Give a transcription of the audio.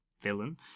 villain